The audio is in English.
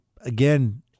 again